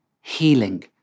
healing